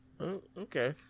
Okay